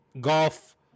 golf